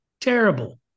terrible